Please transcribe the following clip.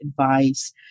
advice